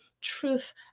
truth